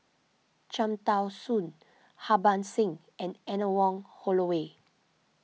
Cham Tao Soon Harbans Singh and Anne Wong Holloway